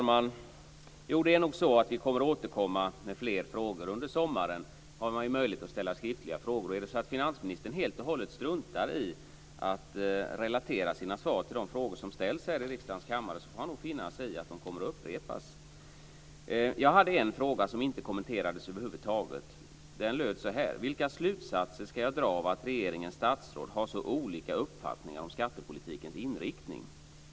Fru talman! Jo, vi återkommer nog med fler frågor under sommaren, då man har möjlighet att ställa skriftliga frågor. Om finansministern helt och hållet struntar i att relatera sina svar till de frågor som ställs här i riksdagens kammare får han nog finna sig i att de kommer att upprepas. Jag hade en fråga som inte kommenterades över huvud taget som löd så här: Vilka slutsatser ska jag dra av att regeringens statsråd har så olika uppfattningar om skattepolitikens inriktning?